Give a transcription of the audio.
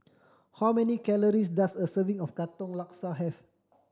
how many calories does a serving of Katong Laksa have